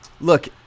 look